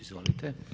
Izvolite.